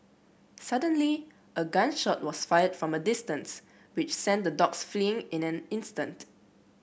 suddenly a gun shot was fired from a distance which sent the dogs fleeing in an instant